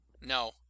No